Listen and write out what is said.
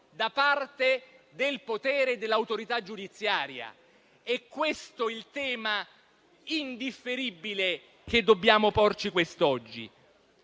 da parte del potere dell'autorità giudiziaria. È questo il tema indifferibile che dobbiamo porci quest'oggi.